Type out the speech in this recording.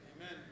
Amen